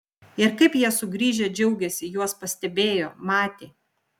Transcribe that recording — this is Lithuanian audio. ir kaip jie sugrįžę džiaugėsi juos pastebėjo matė